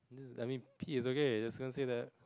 I mean P is okay just gonna say that